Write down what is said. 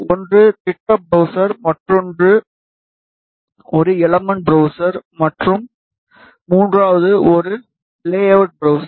ஒன்று திட்ட ப்ரவ்ஸர் மற்றொன்று ஒரு எலமென்ட் ப்ரவ்ஸர் மற்றும் மூன்றாவது ஒரு லேஅவுட் ப்ரவ்ஸர்